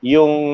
Yung